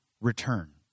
return